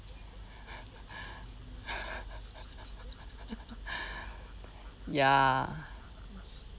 ya